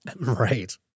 Right